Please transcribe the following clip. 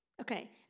Okay